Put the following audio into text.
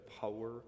power